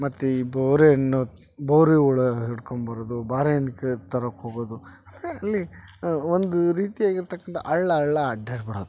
ಮತ್ತೆ ಈ ಬೋರೆಹಣ್ಣು ಬೋರೆ ಹುಳ ಹಿಡಕೊಂಬರೋದು ಬಾರೆಹಣ್ಣು ಕ ತರಕೆ ಹೋಗೋದು ಅಲ್ಲಿ ಒಂದು ರೀತಿಯಾಗಿರ್ತಕ್ಕಂತ ಹಳ್ಳ ಹಳ್ಳ ಅಡ್ಯಾಡಿ ಬಿಡೋದು